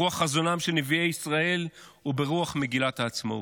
ברוח חזונם של נביאי ישראל וברוח מגילת העצמאות.